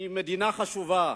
היא מדינה חשובה,